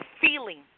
feeling